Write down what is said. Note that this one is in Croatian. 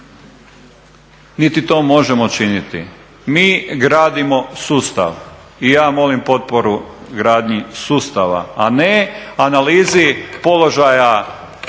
niti to možemo činiti. Mi gradimo sustav i ja molim potporu gradnji sustava, a ne analizi položaja